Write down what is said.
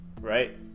right